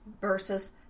versus